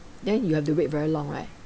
then you have to wait very long right